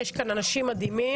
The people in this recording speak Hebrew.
יש לי יום מטורף,